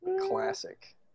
Classic